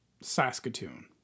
Saskatoon